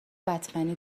بتمنی